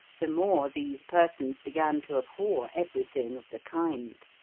the more these persons began to abhor every thing of the kind.